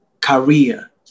career